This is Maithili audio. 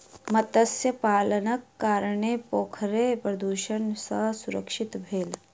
मत्स्य पालनक कारणेँ पोखैर प्रदुषण सॅ सुरक्षित भेल